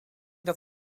dat